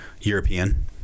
European